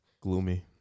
Gloomy